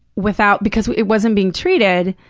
without because it wasn't being treated.